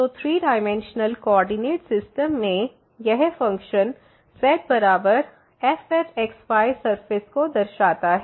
तो 3 dimensional coordinate system में यह फ़ंक्शन z बराबर fxy सरफेस को दर्शाता है